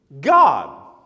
God